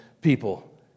people